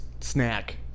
snack